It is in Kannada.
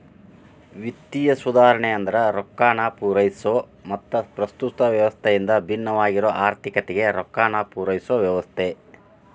ವಿತ್ತೇಯ ಸುಧಾರಣೆ ಅಂದ್ರ ರೊಕ್ಕಾನ ಪೂರೈಸೊ ಮತ್ತ ಪ್ರಸ್ತುತ ವ್ಯವಸ್ಥೆಯಿಂದ ಭಿನ್ನವಾಗಿರೊ ಆರ್ಥಿಕತೆಗೆ ರೊಕ್ಕಾನ ಪೂರೈಸೊ ವ್ಯವಸ್ಥೆ